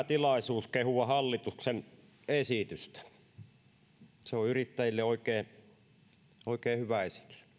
tilaisuus kehua hallituksen esitystä se on yrittäjille oikein oikein hyvä esitys